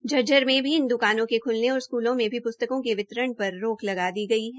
झज्जर में भी इन द्कानों के ख्लने और स्कूलों में भी प्स्तकों के वितरण पर रोक लगा दी गई है